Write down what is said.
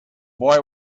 boy